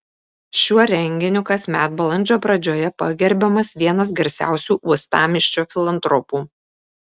šiuo renginiu kasmet balandžio pradžioje pagerbiamas vienas garsiausių uostamiesčio filantropų